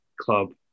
club